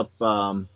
up –